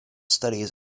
studies